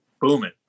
booming